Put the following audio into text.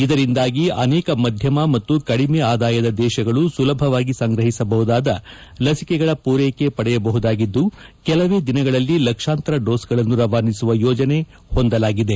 ಇದರಿಂದಾಗಿ ಅನೇಕ ಮಧ್ಯಮ ಮತ್ತು ಕಡಿಮೆ ಆದಾಯದ ದೇಶಗಳು ಸುಲಭವಾಗಿ ಸಂಗ್ರಹಿಸಬಹುದಾದ ಲಸಿಕೆಗಳ ಪೂರೈಕೆ ಪಡೆಯಬಹುದಾಗಿದ್ದು ಕೆಲವೇ ದಿನಗಳಲ್ಲಿ ಲಕ್ಷಾಂತರ ಡೋಸ್ಗಳನ್ನು ರವಾನಿಸುವ ಯೋಜನೆ ಹೊಂದಲಾಗಿದೆ